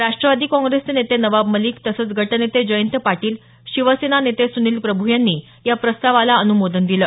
राष्ट्रवादी काँग्रेसचे नेते नवाब मलिक तसंच गटनेते जयंत पाटील शिवसेना नेते सुनिल प्रभू यांनी या प्रस्तावाला अन्मोदन दिलं